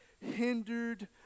hindered